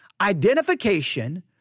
Identification